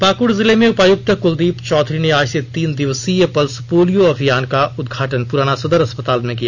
पाकुड़ जिले में उपायुक्त कुलदीप चौधरी ने आज से तीन दिवसीय पल्स पोलियो अभियान का उद्घाटन पुराना सदर अस्पताल से किया